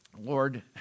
Lord